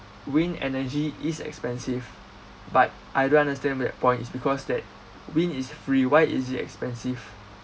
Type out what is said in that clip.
wind energy is expensive but I don't understand that point is because that wind is free why is it expensive